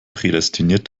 prädestiniert